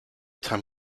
time